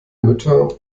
mütter